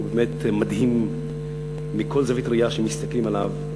הוא באמת מדהים מכל זווית ראייה שמסתכלים עליו,